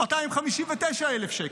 259,000 שקל.